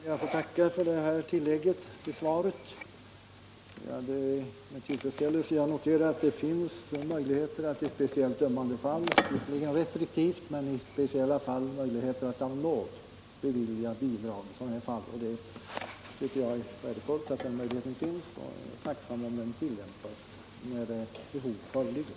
Herr talman! Jag ber att få tacka för detta tillägg till svaret. Det är med tillfredsställelse jag noterar att det finns möjlighet att i speciellt ömmande fall bevilja bidrag — låt vara att denna möjlighet skall användas restriktivt. Jag tycker det är värdefullt att den möjligheten finns, och jag är tacksam om den tillgrips när behov föreligger.